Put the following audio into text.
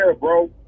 bro